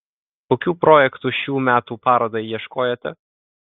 kokių projektų šių metų parodai ieškojote